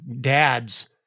Dads